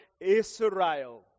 Israel